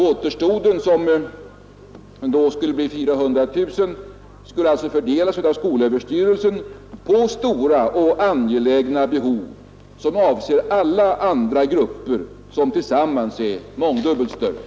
Återstoden, som då skulle bli 400 000 kronor, skulle alltså fördelas av skolöverstyrelsen på stora och angelägna behov som avser alla andra grupper, som tillsammans är mångdubbelt större.